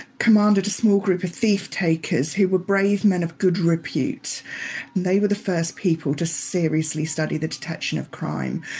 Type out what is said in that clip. commanded a small group of thieve takers, who were brave men of good repute, and they were the first people to seriously study the detection of crime.